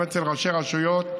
גם אצל ראשי רשויות,